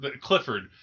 Clifford